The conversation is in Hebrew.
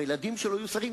בעשר הדקות.